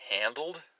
handled